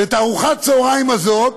את ארוחת הצהריים הזאת